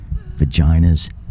vaginas